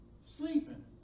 sleeping